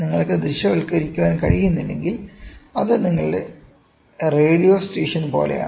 നിങ്ങൾക്ക് ദൃശ്യവൽക്കരിക്കാൻ കഴിയുന്നില്ലെങ്കിൽ അത് നിങ്ങളുടെ റേഡിയോ സ്റ്റേഷൻ പോലെയാണ്